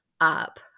up